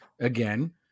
again